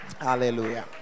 Hallelujah